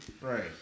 Right